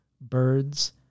birds